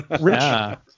Rich